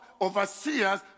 overseers